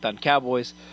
Cowboys